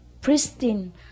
pristine